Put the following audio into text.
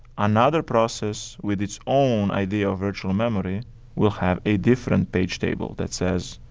another process with its own idea of virtual memory will have a different page table that says,